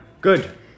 Good